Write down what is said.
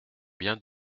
bien